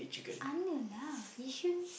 under lah Yishun